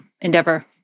endeavor